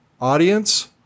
audience